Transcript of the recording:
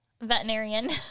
veterinarian